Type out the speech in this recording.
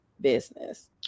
business